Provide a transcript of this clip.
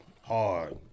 Hard